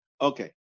Okay